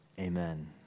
Amen